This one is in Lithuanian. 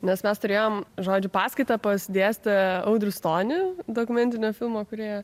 nes mes turėjom žodžiu paskaitą pas dėstytoją audrių stonį dokumentinio filmo kūrėja